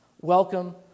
welcome